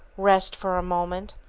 rest for a moment,